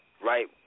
right